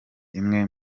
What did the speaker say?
imwe